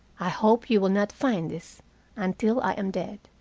i hope you will not find this until i am dead.